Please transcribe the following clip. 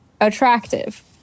attractive